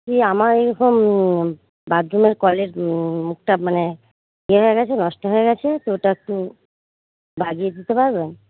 এই আমার এরকম বাথরুমের কলের মুখটা মানে ইয়ে হয়ে গেছে নষ্ট হয়ে গেছে তো ওটা একটু লাগিয়ে দিতে পারবেন